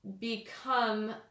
become